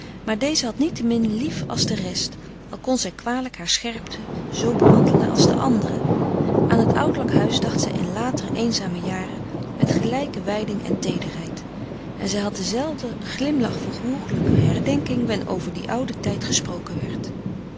maar deze had niettemin lief als de rest al kon zij kwalijk haar scherpte zoo bemantelen als de anderen aan het ouderlijk huis dacht zij in latere eenzame jaren met gelijke wijding en teederheid en zij had denzelfden glimlach van gehoegelijke herdenking wen over dien ouden tijd gesproken werd